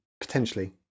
potentially